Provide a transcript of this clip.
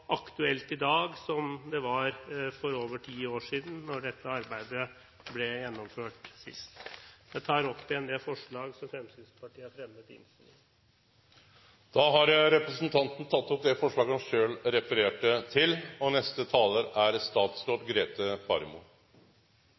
aktuelt i dag som det var for over ti år siden, da dette arbeidet ble gjennomført sist. Jeg tar opp det forslaget som Fremskrittspartiet har fremmet i innstillingen. Representanten Hans Frode Kielland Asmyhr har teke opp det forslaget han refererte til.